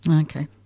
okay